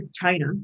China